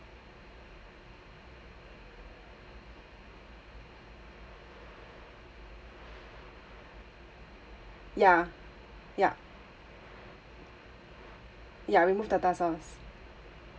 ya ya ya remove tartar sauce